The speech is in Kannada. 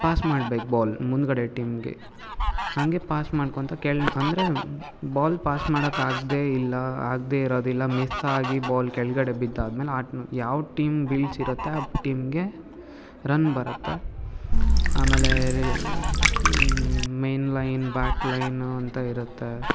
ಪಾಸ್ ಮಾಡ್ಬೇಕು ಬಾಲ್ ಮುಂದುಗಡೆ ಟೀಮ್ಗೆ ಹಾಗೆ ಪಾಸ್ ಮಾಡ್ಕೊತ ಕೆಳ್ ಅಂದರೆ ಬಾಲ್ ಪಾಸ್ ಮಾಡಕ್ಕೇ ಆಗೋದೇ ಇಲ್ಲ ಆಗೋದೇ ಇರೋದಿಲ್ಲ ಮಿಸ್ ಆಗಿ ಬಾಲ್ ಕೆಳಗಡೆ ಬಿದ್ದಾದ್ಮೇಲೆ ಆಟ್ನ್ ಯಾವ ಟೀಮ್ ಬೀಳ್ಸಿರುತ್ತೆ ಆ ಟೀಮ್ಗೆ ರನ್ ಬರುತ್ತೆ ಆಮೇಲೆ ರಿ ಮೇಯ್ನ್ ಲೈನ್ ಬ್ಯಾಕ್ ಲೈನು ಅಂತ ಇರುತ್ತೆ